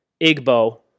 Igbo